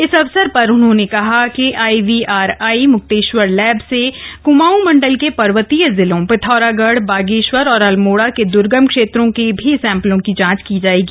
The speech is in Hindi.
इस अवसर पर उन्होंने कहा कि आईवीआरआई मुक्तेश्वर लैब मे कुमाऊं मण्डल के पर्वतीय जिलों पिथौरागढ बागेश्वर और अल्मोड़ा के दुर्गम क्षेत्रों के भी सैंपलों की जांच की जायेगी